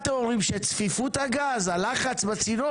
הלחץ בצינור